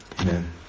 Amen